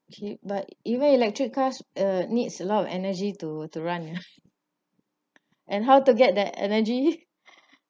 okay but even electric cars uh needs a lot of energy to to run and how to get the energy